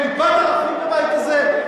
אין טיפת ערכים בבית הזה?